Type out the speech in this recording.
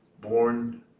born